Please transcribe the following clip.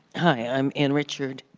i'm anne richard.